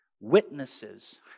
Witnesses